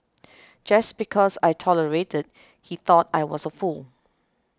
just because I tolerated he thought I was a fool